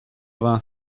vingt